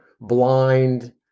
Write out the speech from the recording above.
blind